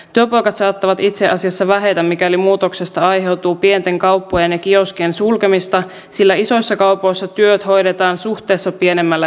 työpaikat saattavat itse asiassa vähetä mikäli muutoksesta aiheutuu pienten kauppojen ja kioskien sulkemista sillä isoissa kaupoissa työt hoidetaan suhteessa pienemmällä henkilöstömäärällä